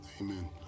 Amen